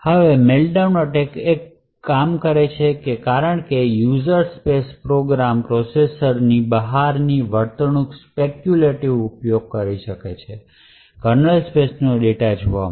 હવે meltdown attack કામ કરે છે કારણ કે યુઝર સ્પેસ પ્રોગ્રામ પ્રોસેસરની બહારની વર્તણૂકના સ્પેક્યૂલેટિવ ઉપયોગ કરી શકે છે કર્નલ સ્પેસ નો ડેટા જોવા માટે